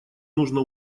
нужно